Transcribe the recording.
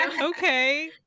okay